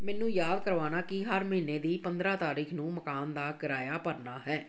ਮੈਨੂੰ ਯਾਦ ਕਰਵਾਉਣਾ ਕਿ ਹਰ ਮਹੀਨੇ ਦੀ ਪੰਦਰਾਂ ਤਾਰੀਖ ਨੂੰ ਮਕਾਨ ਦਾ ਕਿਰਾਇਆ ਭਰਨਾ ਹੈ